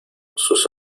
sus